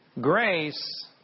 Grace